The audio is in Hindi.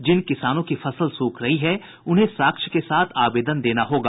जिन किसानों की फसल सूख रही है उन्हें साक्ष्य के साथ आवेदन देना होगा